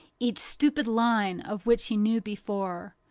each stupid line of which he knew before,